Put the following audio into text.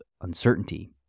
uncertainty